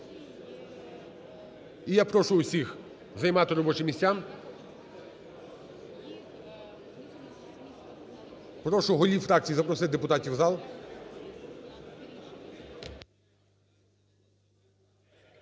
І я прошу всіх займати робочі місця. Прошу голів фракцій запросити депутатів в зал.